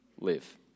live